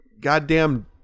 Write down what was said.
Goddamn